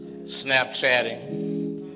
Snapchatting